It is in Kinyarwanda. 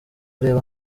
reba